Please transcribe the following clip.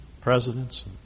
presidents